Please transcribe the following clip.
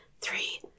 Three